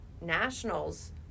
nationals